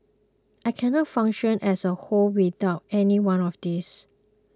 I cannot function as a whole without any one of these